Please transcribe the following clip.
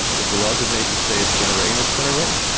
if the laws of nature say it's going to rain, it's going to rain.